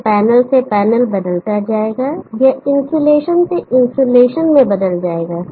यह पैनल से पैनल बदलता जाएगा यह इंसुलेशन से इन्सुलेशन मैं बदल जाएगा